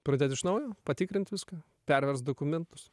pradėt iš naujo patikrint viską perverst dokumentus